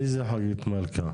מי זאת חגית מלכה?